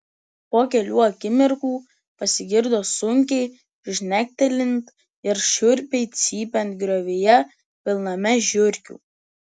po kelių akimirkų pasigirdo sunkiai žnektelint ir šiurpiai cypiant griovyje pilname žiurkių